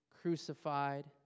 crucified